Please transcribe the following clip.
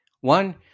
One